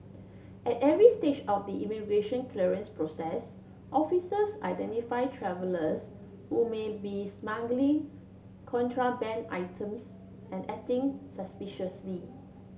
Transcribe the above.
at every stage of the immigration clearance process officers identify travellers who may be smuggling contraband items and acting suspiciously